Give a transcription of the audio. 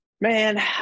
Man